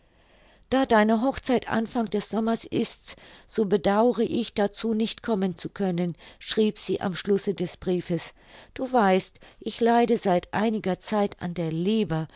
da deine hochzeit anfang des sommers ist so bedaure ich dazu nicht kommen zu können schrieb sie am schlusse des briefes du weißt ich leide seit einiger zeit an der leber